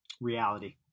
Reality